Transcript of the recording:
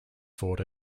fought